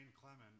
Clement